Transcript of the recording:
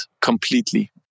completely